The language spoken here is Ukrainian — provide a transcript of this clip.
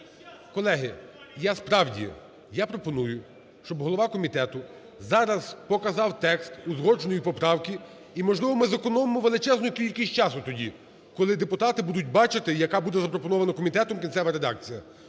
Колеги, я, справді, я пропоную, щоб голова комітету зараз показав текст узгодженої поправки і, можливо, ми зекономимо величезну кількість часу тоді, коли депутати будуть бачити яка буде запропонована комітетом кінцева редакція.